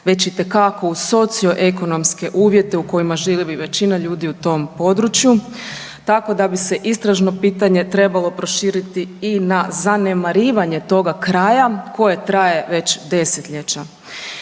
već itekako uz socioekonomske uvjete u kojima živi većina ljudi u tom području, tako da bi se istražno pitanje trebalo proširiti i na zanemarivanje toga kraja koje traje već desetljeće.